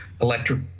electric